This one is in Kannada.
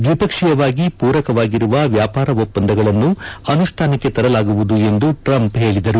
ದ್ಲಿಪಕ್ಷೀಯವಾಗಿ ಪೂರಕವಾಗಿರುವ ವ್ಯಾಪಾರ ಒಪ್ಪಂದಗಳನ್ನು ಅನುಷ್ಡಾನಕ್ಕೆ ತರಲಾಗುವುದು ಎಂದು ಟ್ರಂಪ್ ಹೇಳಿದರು